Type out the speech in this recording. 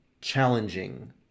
challenging